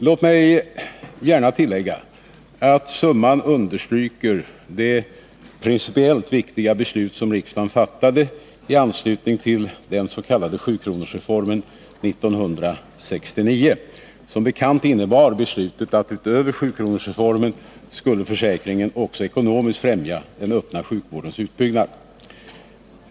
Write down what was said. Låt mig gärna tillägga att summan understryker det principiellt viktiga beslut som riksdagen fattade i anslutning till den s.k. 7-kronorsreformen 1969. Som bekant innebar beslutet att utöver 7-kronorsreformen skulle försäkringen också ekonomiskt främja den öppna sjukvårdens utbyggnad.